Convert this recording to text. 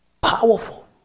powerful